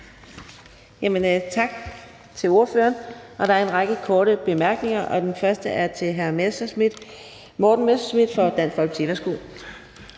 Tak til ordføreren. Der er en række korte bemærkninger, og den første er til hr. Morten Messerschmidt fra Dansk Folkeparti.